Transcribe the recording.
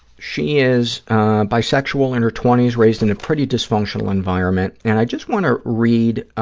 she is bisexual, in her twenty s, raised in a pretty dysfunctional environment, and i just want to read